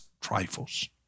trifles